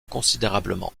considérablement